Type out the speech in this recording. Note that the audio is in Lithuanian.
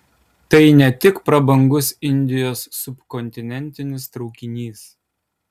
tai ne tik prabangus indijos subkontinentinis traukinys